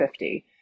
50